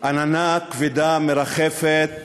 עננה כבדה מרחפת